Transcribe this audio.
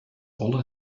all